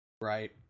right